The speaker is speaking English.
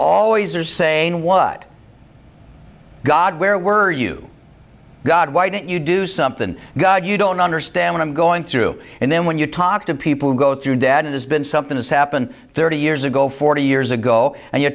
always are saying what god where were you god why didn't you do something god you don't understand what i'm going through and then when you talk to people who go through dad it has been something that's happened thirty years ago forty years ago and you